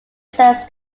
says